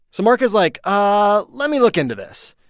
so marc is like, ah let me look into this.